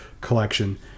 collection